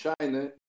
China